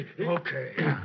Okay